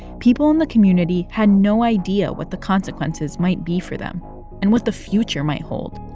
people in the community had no idea what the consequences might be for them and what the future might hold.